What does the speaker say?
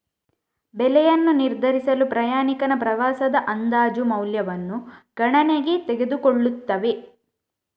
ಬೆಲೆಯನ್ನು ನಿರ್ಧರಿಸಲು ಪ್ರಯಾಣಿಕನ ಪ್ರವಾಸದ ಅಂದಾಜು ಮೌಲ್ಯವನ್ನು ಗಣನೆಗೆ ತೆಗೆದುಕೊಳ್ಳುತ್ತವೆ